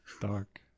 dark